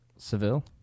Seville